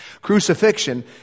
Crucifixion